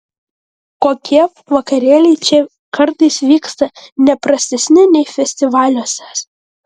kokie vakarėliai čia kartais vyksta ne prastesni nei festivaliuose